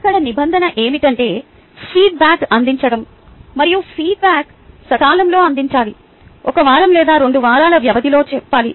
ఇక్కడ నిబంధన ఏమిటంటే ఫీడ్బ్యాక్ అందించడం మరియు ఫీడ్బ్యాక్ను సకాలంలో అందించాలి ఒక వారం లేదా రెండు వారాల వ్యవధిలో చెపాలి